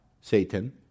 Satan